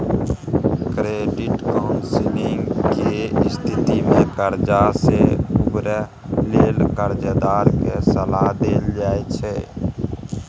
credit counselling के स्थिति में कर्जा से उबरय लेल कर्जदार के सलाह देल जाइ छइ